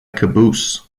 caboose